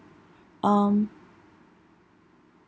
um